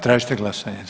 Tražite glasanje.